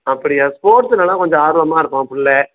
அப்படியா ஸ்போட்ஸ்ஸுல எல்லாம் கொஞ்சம் ஆர்வமாக இருப்பான் பிள்ள